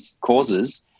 causes